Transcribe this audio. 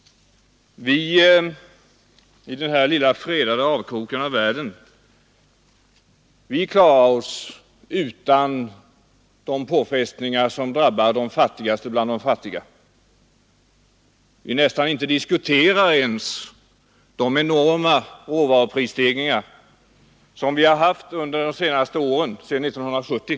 Vi i denna lilla fredade avkrok av världen klarar oss undan de påfrestningar som drabbar de fattigaste bland de fattiga. Vi diskuterar nästan inte ens de enorma råvaruprisstegringar som ägt rum sedan 1970.